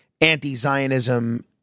anti-Zionism